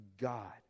God